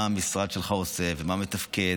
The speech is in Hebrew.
מה המשרד שלך עושה ואיך הוא מתפקד